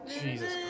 Jesus